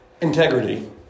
Integrity